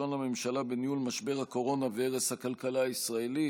כישלון הממשלה בניהול משבר הקורונה והרס הכלכלה הישראלית,